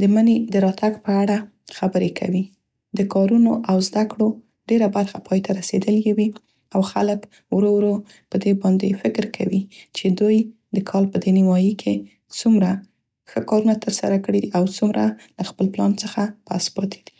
د مني د راتګ په اړه خبرې کوي. د کارونو او زده کړو ډيره برخه پای ته رسیدلې وي او خلک ورو ورو په دې باندې فکر کوي چې دوی د کال په دې نیمایي کې څومره ښه کارونه تر سره کړي او څومره له خپل پلان څخه پس پاتې دي.